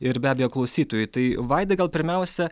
ir be abejo klausytojui tai vaidai gal pirmiausia